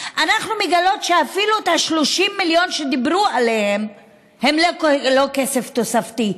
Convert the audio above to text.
אנחנו מגלות שאפילו ה-30 מיליון שדיברו עליהם הם לא כסף תוספתי.